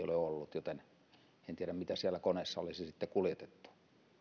ole ollut joten en tiedä mitä siellä koneessa olisi sitten kuljetettu